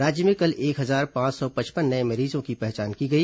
राज्य में कल एक हजार पांच सौ पचपन नये मरीजों की पहचान की गई